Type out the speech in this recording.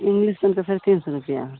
English पेंटके साढ़े तीन सए रुपआ